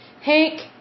Hank